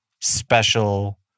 special